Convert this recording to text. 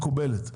מקובלת,